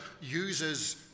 uses